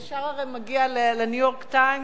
זה ישר הרי מגיע ל"ניו-יורק טיימס":